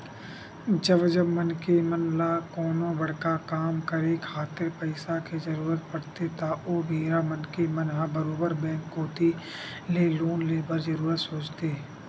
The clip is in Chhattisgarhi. जब जब मनखे मन ल कोनो बड़का काम करे खातिर पइसा के जरुरत पड़थे त ओ बेरा मनखे मन ह बरोबर बेंक कोती ले लोन ले बर जरुर सोचथे